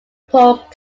pork